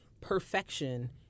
perfection